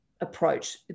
approach